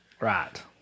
Right